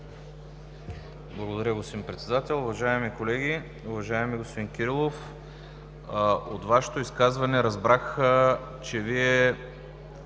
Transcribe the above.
Благодаря, господин Председател. Уважаеми колеги! Уважаеми господин Кирилов, от Вашето изказване разбрах, че Вие